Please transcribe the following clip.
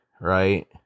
Right